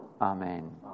Amen